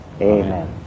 Amen